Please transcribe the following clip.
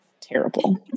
Terrible